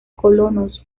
colonos